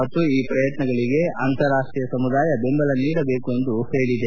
ಮತ್ತು ಈ ಪ್ರಯತ್ನಗಳಿಗೆ ಅಂತಾರಾಷ್ಟೀಯ ಸಮುದಾಯ ಬೆಂಬಲ ನೀಡಬೇಕು ಎಂದು ಹೇಳಿದೆ